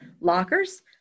lockers